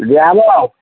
ଦିଆ ହେବ